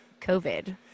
covid